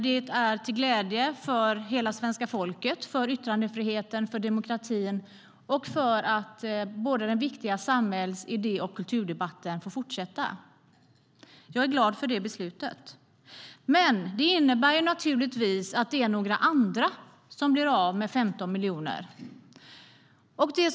Det är till glädje för hela svenska folket, för yttrandefriheten och för demokratin. Den viktiga samhälls, idé och kulturdebatten får fortsätta. Jag är glad för det beslutet. Men det innebär naturligtvis att det är några andra som blir av med 15 miljoner.